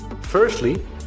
Firstly